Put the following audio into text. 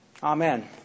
Amen